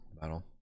battle